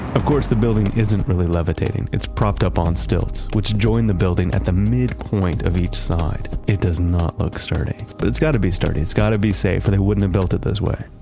of course the building isn't really levitating. it's propped up on stilts which join the building at the midpoint of each side. it does not look sturdy. but it's got to be sturdy. it's got to be safe for they wouldn't have built it this way,